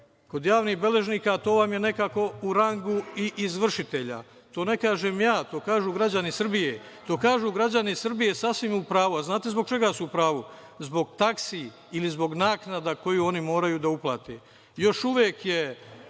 Kod javnih beležnika to vam je nekako u rangu i izvršitelja. To ne kažem ja, to kažu građani Srbije i sasvim su u pravu kad to kažu. A znate zbog čega su u pravu - zbog taksi ili zbog naknada koju oni moraju da uplate. Još uvek je